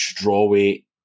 strawweight